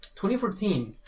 2014